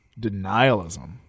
denialism